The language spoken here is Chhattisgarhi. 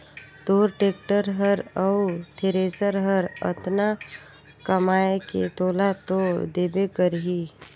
तोर टेक्टर हर अउ थेरेसर हर अतना कमाये के तोला तो देबे करही